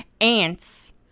ants